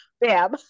bam